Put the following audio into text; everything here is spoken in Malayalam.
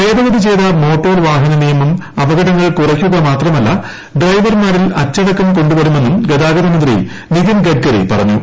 ഭേദഗതി ചെയ്ത മോട്ടോർ വാഹനനിയമം അപകടങ്ങൾ കുറയ്ക്കുക മാത്രമല്ല ഡ്രൈവർമാരിൽ അച്ചടക്കം കൊണ്ടുവരുമെന്നും ഗതാഗതമന്ത്രി നിതിൻ ഗഡ്കരി പറഞ്ഞു